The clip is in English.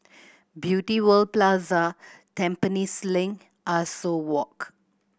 Beauty World Plaza Tampines Link Ah Soo Walk